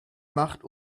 macht